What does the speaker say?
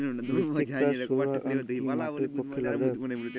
মৃত্তিকা সৌরায়ন কি মাটির পক্ষে লাভদায়ক?